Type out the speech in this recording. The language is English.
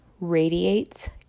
radiates